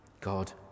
God